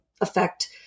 affect